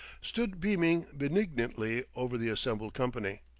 stood beaming benignantly over the assembled company.